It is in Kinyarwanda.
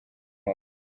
moko